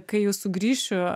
kai jau sugrįšiu